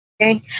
Okay